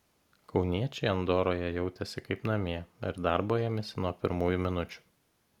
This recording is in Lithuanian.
kauniečiai andoroje jautėsi kaip namie ir darbo ėmėsi nuo pirmųjų minučių